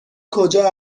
کجا